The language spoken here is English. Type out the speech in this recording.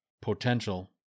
potential